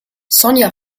sonja